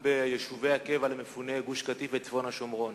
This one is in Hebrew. ביישובי הקבע למפוני גוש-קטיף וצפון השומרון.